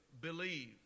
believe